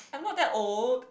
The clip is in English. I'm not that old